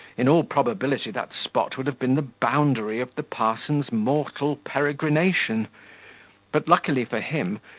in all probability that spot would have been the boundary of the parson's mortal peregrination but luckily for him,